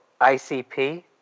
ICP